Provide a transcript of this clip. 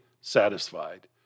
satisfied